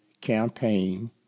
campaign